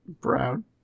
brown